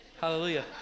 Hallelujah